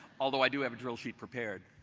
although, i do have a drill sheet prepared.